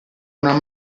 una